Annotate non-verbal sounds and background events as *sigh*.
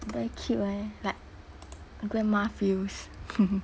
very cute eh like grandma feels *laughs*